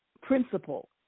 principle